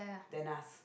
than us